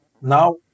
now